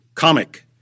comic